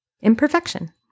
imperfection